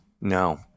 No